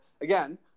again